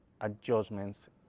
adjustments